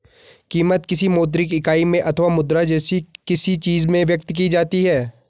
कीमत, किसी मौद्रिक इकाई में अथवा मुद्रा जैसी किसी चीज में व्यक्त की जाती है